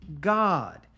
God